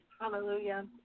Hallelujah